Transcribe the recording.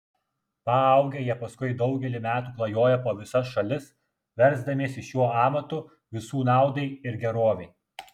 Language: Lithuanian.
paaugę jie paskui daugelį metų klajoja po visas šalis versdamiesi šiuo amatu visų naudai ir gerovei